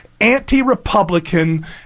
anti-Republican